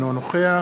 אינו נוכח